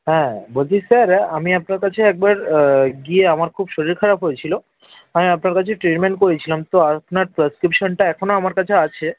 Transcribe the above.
হ্যাঁ বলছি স্যার আমি আপনার কাছে একবার গিয়ে আমার খুব শরীর খারাপ হয়েছিল আমি আপনার কাছে ট্রিটমেন্ট করিয়েছিলাম তো আপনার প্রেসক্রিপসানটা এখনও আমার কাছে আছে